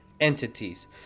entities